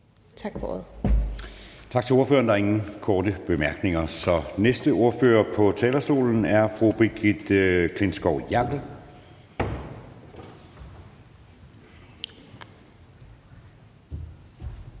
(Jeppe Søe): Tak til ordføreren. Der er ingen korte bemærkninger. Den næste ordfører på talerstolen er fru Brigitte Klintskov Jerkel. Kl.